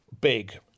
big